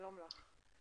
שלום לך.